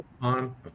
on